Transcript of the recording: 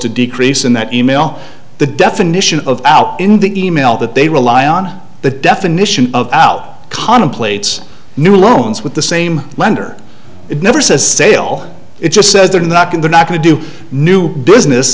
to decrease in that email the definition of out in the email that they rely on the definition of out contemplates new loans with the same lender it never says sale it just says they're not going they're not going to do new business